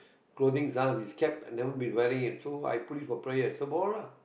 clothing ah is kept I've never been wearing it so I put it for prayers so borrow lah